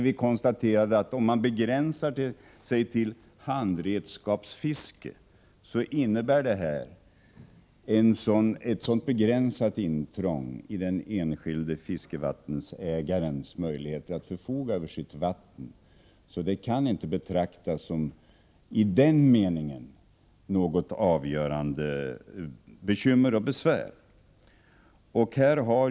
Vi konstaterade att om man begränsar sig till handredskapsfiske, innebär detta ett så obetydligt intrång i den enskilda fiskevattenägarens möjligheter att förfoga över sitt vatten, att det inte kan betraktas som något avgörande bekymmer.